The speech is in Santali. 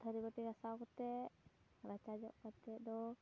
ᱛᱷᱟᱹᱨᱤ ᱵᱟᱹᱴᱤ ᱜᱟᱥᱟᱣ ᱠᱟᱛᱮ ᱨᱟᱪᱟ ᱡᱚᱜ ᱠᱟᱛᱮ ᱫᱚ